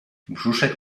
brzuszek